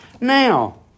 Now